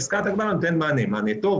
ופסקת ההגבלה נותנת מענה מענה טוב,